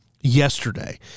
yesterday